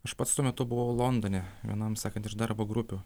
aš pats tuo metu buvau londone vienam sakant iš darbo grupių